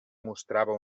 mostrava